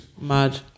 Mad